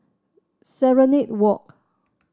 Serenade Walk